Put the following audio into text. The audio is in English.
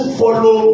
follow